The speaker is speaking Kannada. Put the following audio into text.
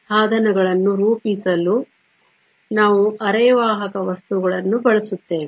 ಸಾಧನಗಳನ್ನು ರೂಪಿಸಲು ನಾವು ಅರೆವಾಹಕ ವಸ್ತುಗಳನ್ನು ಬಳಸುತ್ತೇವೆ